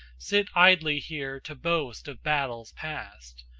sit idly here to boast of battles past,